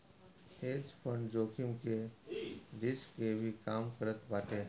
hedge fund जोखिम के risk के भी कम करत बाटे